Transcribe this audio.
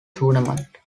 tournament